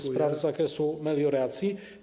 spraw z zakresu melioracji.